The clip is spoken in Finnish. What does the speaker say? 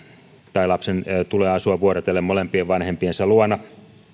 tai lapsen tulee asua vuorotellen molempien vanhempiensa luona